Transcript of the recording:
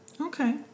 Okay